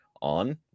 on